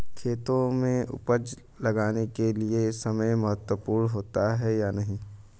खेतों में उपज उगाने के लिये समय महत्वपूर्ण होता है या नहीं?